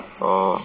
orh